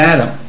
Adam